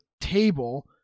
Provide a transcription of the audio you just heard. table